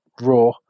raw